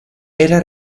era